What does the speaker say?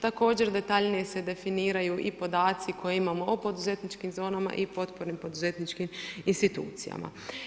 Također detaljnije se definiraju i podaci koje imamo o poduzetničkim zonama i potpornim poduzetničkim institucijama.